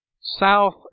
South